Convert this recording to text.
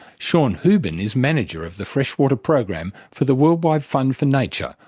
sean hoobin is manager of the freshwater program for the worldwide fund for nature,